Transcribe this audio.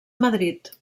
madrid